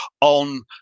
on